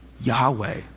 Yahweh